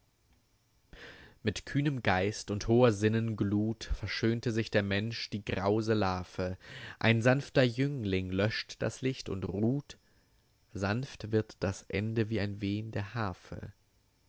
mit kühnem geist und hoher sinnenglut verschönte sich der mensch die grause larve ein sanfter jüngling löscht das licht und ruht sanft wird das ende wie ein wehn der harfe